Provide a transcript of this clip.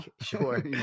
Sure